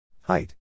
Height